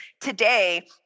Today